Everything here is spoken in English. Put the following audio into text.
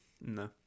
No